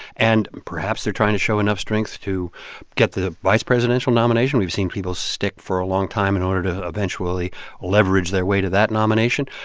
and perhaps they're trying to show enough strength to get the vice presidential nomination. we've seen people stick for a long time in order to eventually leverage their way to that nomination.